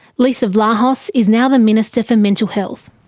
leesa vlahos is now the minister for mental health.